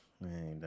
Man